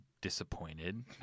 disappointed